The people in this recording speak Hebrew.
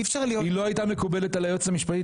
היא לא הייתה מקובלת על היועצת המשפטית